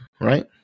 right